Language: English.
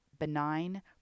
benign